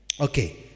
Okay